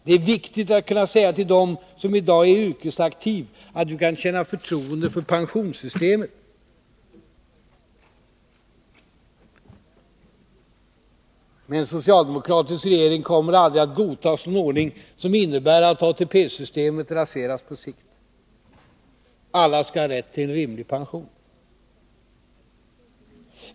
Det är viktigt att kunna säga till den som i dag är yrkesaktiv: Du kan känna förtroende för pensionssystemet. Med en socialdemokratisk regering kommer aldrig en ordning att godtas som innebär att ATP-systemet på sikt raseras. Alla skall ha rätt till en rimlig pension.